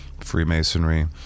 freemasonry